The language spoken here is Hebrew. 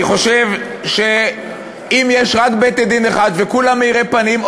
אני חושב שאם יש רק בית-דין אחד וכולם מאירי פנים,